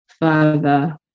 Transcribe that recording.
further